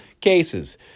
cases